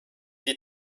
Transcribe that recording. die